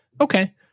Okay